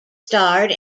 starred